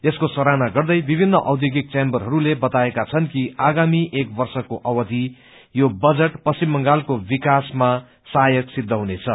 यसको सराहना गर्दै विभिन्न औध्योगिक चैम्बरहरूले बताएका छन् कि आगाम एक वर्षको अवधि यो बजेट पश्चिम बंगालको विकाासमा साहायक हुनेछ